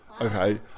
okay